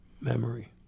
memory